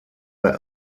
their